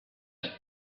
hours